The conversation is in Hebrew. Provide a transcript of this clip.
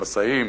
ומסעים,